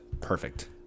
perfect